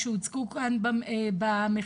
שהוצגו כאן במחקר,